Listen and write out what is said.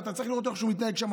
ואתה צריך לראות איך הוא מתנהג שם,